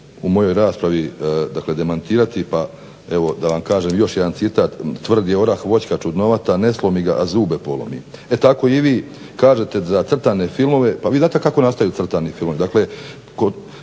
u mojoj raspravi dakle demantirati, pa evo da vam kažem još jedan citat: "Tvrdi orah voćka čudnovata, ne slomi ga a zube polomi!" e tako vi kažete za crtane filmove. Pa vi znate kako nastanu crtani filmovi. Dakle